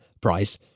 price